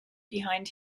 behind